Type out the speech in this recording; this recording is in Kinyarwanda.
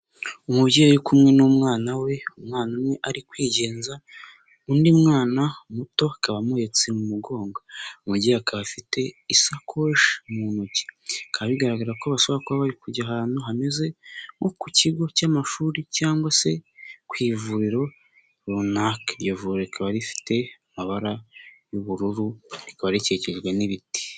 Umubyeyi uri kumwe n'umwana we umwana umwe ari kwigenza undi mwana muto akaba amuhetse mu mugongo umubyeyi akaba afite isakoshi mu ntoki bikaba bigaragara ko bashobora kuba bari kujya ahantu hameze nko ku kigo cy'amashuri cyangwa se ku ivuriro runaka, ivuriro rikaba rifite amabara y'ubururu rikaba rikikijwe n'ibiti.